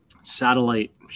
satellite